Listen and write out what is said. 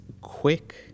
quick